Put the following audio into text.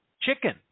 chicken